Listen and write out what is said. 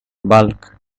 bulk